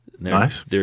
Nice